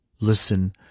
listen